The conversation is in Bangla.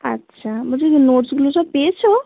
আচ্ছা বলছি যে নোটসগুলো সব পেয়েছ